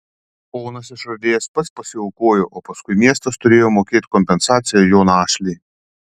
ponas išradėjas pats pasiaukojo o paskui miestas turėjo mokėt kompensaciją jo našlei